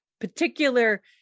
particular